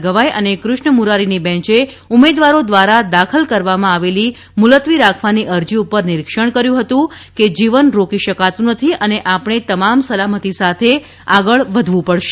ગવાઇ અને કૃષ્ણ મુરારીની બેન્ચે ઉમેદવારો દ્વારા દાખલ કરવામાં આવેલી મુલતવી રાખવાની અરજી પર નિરીક્ષણ કર્યું હતું કે જીવન રોકી શકાતું નથી અને આપણે તમામ સલામતી સાથે આગળ વધવું પડશે